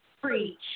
preach